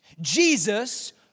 Jesus